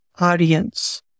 audience